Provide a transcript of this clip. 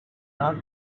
not